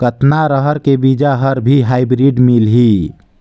कतना रहर के बीजा हर भी हाईब्रिड मिलही?